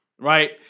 Right